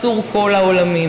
צור כל העולמים,